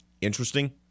interesting